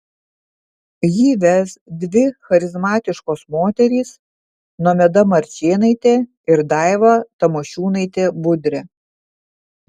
jį ves dvi charizmatiškos moterys nomeda marčėnaitė ir daiva tamošiūnaitė budrė